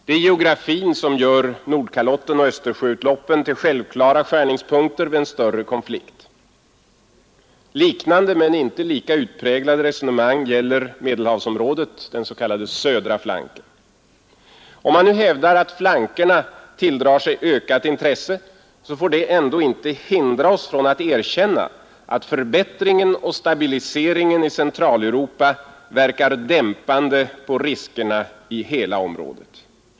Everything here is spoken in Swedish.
Det är geografin som gör Nordkalotten och Östersjöutloppen till självklara skärningspunkter vid en större konflikt. Liknande men inte lika utpräglade resonemang gäller Medelhavsområdet, den s.k. södra flanken. Om man nu hävdar att flankerna tilldrar sig ökat intresse, får det ändå inte hindra oss från att erkänna att förbättringen och stabiliseringen i Centraleuropa verkar dämpande på riskerna i hela området.